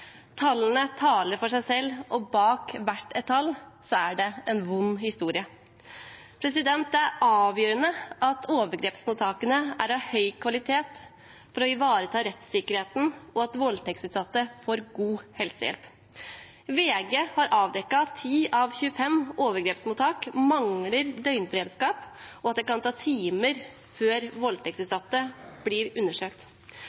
Tallene taler for seg, og bak hvert tall er det en vond historie. Det er avgjørende at overgrepsmottakene er av høy kvalitet for å ivareta rettssikkerheten og for at voldtektsutsatte skal få god helsehjelp. VG har avdekket at 10 av 25 overgrepsmottak mangler døgnberedskap, og at det kan ta timer før